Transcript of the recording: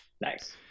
nice